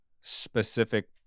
specific